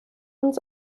uns